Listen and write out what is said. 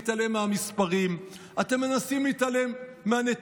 אתם מנסים להתעלם מהמספרים,